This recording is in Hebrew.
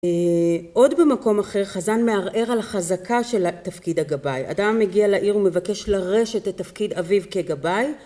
עוד במקום אחר חזן מערער על החזקה של תפקיד הגבאי. אדם מגיע לעיר ומבקש לרשת את תפקיד אביו כגבאי